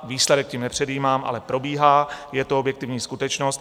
Výsledek tím nepředjímám, ale probíhá, je to objektivní skutečnost.